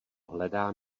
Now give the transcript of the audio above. hledá